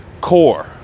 core